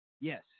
Yes